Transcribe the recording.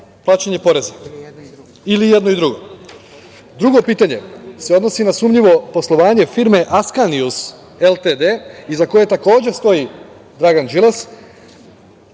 plaćanje poreza ili i jedno i drugo? Drugo pitanje se odnosi na sumnjivo poslovanje firme „Askanijus Ltd“ iza koje takođe stoji Dragan Đilas